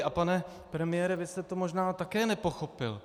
A pane premiére, vy jste to možná také nepochopil.